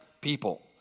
people